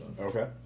Okay